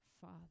Father